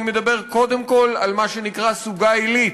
אני מדבר קודם כול על מה שנקרא סוגה עילית.